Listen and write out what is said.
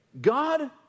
God